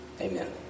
Amen